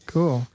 Cool